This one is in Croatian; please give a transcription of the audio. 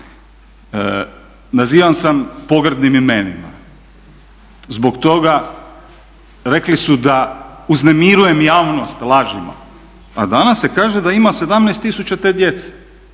Nazivan sam pogrdnim imenima zbog toga, rekli su da uznemirujem javnost lažima, a danas se kaže da ima 17000 te djece,